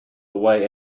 away